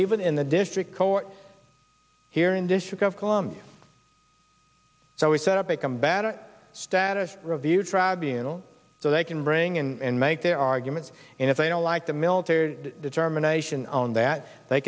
even in the district court here and issues of columbia so we set up a combatant status review tribunal so they can bring and make their arguments and if they don't like the military determination on that they